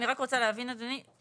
אני רק רוצה להבין, אדוני,